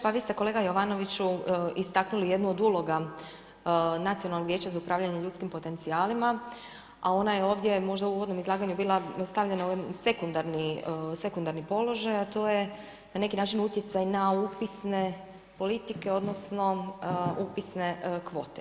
Pa vi ste kolega Jovanoviću, istaknuli jednu od uloga Nacionalnog vijeća za upravljanje ljudskim potencijalima a ona je ovdje možda u uvodnom izlaganju bila predstavljena u jednom sekundarni položaj, a to je na neki način utjecaj na upisne politike, odnosno, upisne kvote.